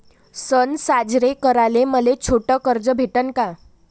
सन साजरे कराले मले छोट कर्ज भेटन का?